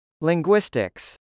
Linguistics